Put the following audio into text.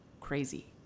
crazy